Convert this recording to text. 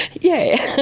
yeah,